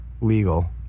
legal